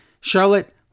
Charlotte